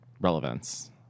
relevance